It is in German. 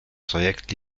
projekt